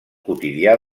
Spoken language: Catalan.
quotidià